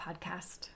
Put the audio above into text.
podcast